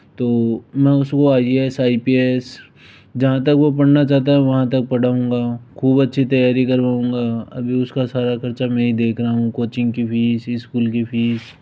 तो मैं उसको I A S I P S जहाँ तक वह पढ़ना चाहता है वहाँ तक पढ़ाऊँगा खूब अच्छी तैयारी करवाऊंगा अभी उसका सारा खर्चा मैं ही देख रहा हूँ कोचिंग की फीस स्कूल की फीस